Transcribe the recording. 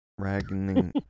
Ragging